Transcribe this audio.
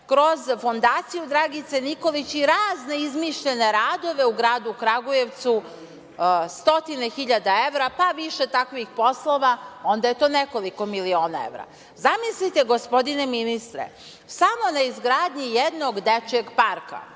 kroz Fondaciju Dragice Nikolić i razne izmišljene radove u gradu Kragujevcu stotine hiljada evra. Više takvih poslova, onda je to nekoliko miliona evra. Zamislite, gospodine ministre, samo na izgradnji jednog dečijeg parka,